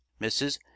Mrs